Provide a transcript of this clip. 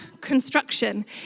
construction